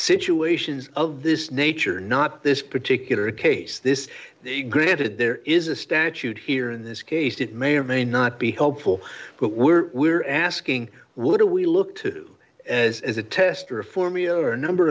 situations of this nature not this particular case this they granted there is a statute here in this case that may or may not be helpful but we're we're asking what do we look to as as a tester for me or a number